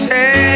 Say